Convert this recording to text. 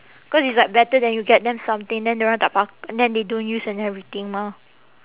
cause it's like better than you get them something then everyone tak pak~ and then they don't use and everything mah